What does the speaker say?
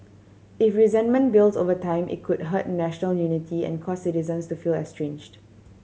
if resentment builds over time it could hurt national unity and cause citizens to feel estranged